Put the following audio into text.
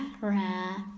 rah